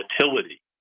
volatility